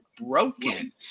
broken